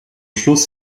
schluss